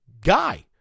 guy